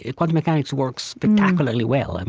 ah quantum mechanics works spectacularly well. and